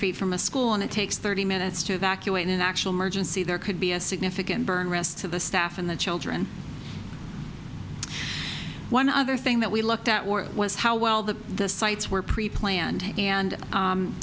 feet from a school and it takes thirty minutes to evacuate an actual merge and see there could be a significant burn rest of the staff and the children one other thing that we looked at war was how well the sites were pre planned and